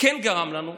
גרם לנו,